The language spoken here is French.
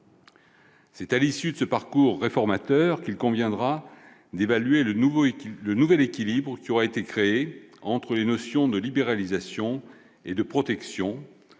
C'est à l'issue de ce parcours réformateur qu'il conviendra d'évaluer le nouvel équilibre qui aura été trouvé entre libéralisation et protection,